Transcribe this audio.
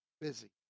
busy